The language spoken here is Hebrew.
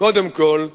וקודם כול לממשלה.